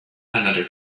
another